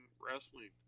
wrestling